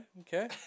okay